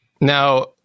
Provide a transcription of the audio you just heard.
Now